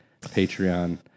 Patreon